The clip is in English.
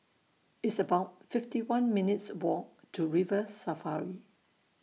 It's about fifty one minutes' Walk to River Safari